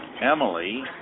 Emily